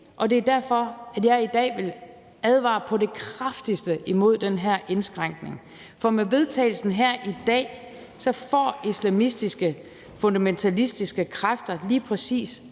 og det er derfor, jeg i dag vil advare på det kraftigste imod den her indskrænkning. For med vedtagelsen her i dag får islamistiske, fundamentalistiske kræfter lige præcis